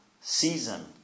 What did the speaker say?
season